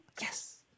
Yes